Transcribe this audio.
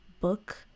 book